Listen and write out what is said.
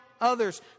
others